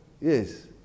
Yes